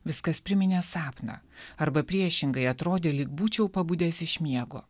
viskas priminė sapną arba priešingai atrodė lyg būčiau pabudęs iš miego